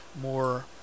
more